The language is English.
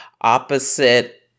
opposite